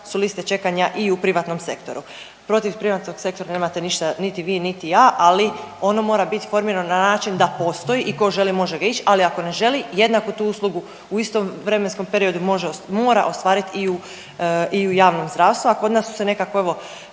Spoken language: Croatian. su liste čekanja i u privatnom sektoru. Protiv privatnog sektora nemate ništa niti vi, niti ja, ali ono mora bit formirano na način da postoji i ko želi može ga ić, ali ako ne želi jednako tu uslugu u istom vremenskom periodu može ost…, mora ostvarit i u, i u javnom zdravstvu, a kod nas su se nekako evo